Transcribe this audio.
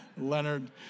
Leonard